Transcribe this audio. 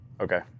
Okay